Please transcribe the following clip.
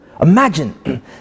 Imagine